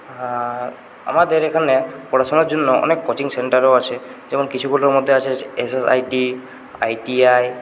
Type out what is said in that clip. আর আমাদের এখানে পড়াশোনার জন্য অনেক কোচিং সেন্টারও আছে যেমন কিছুগুলোর মধ্যে আছে এসএসআইটি আইটিআই